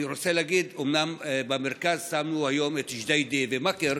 אומנם במרכז שמנו היום את ג'דיידה-מכר,